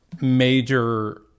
major